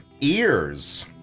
ears